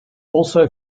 also